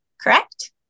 correct